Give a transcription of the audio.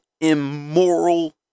immoral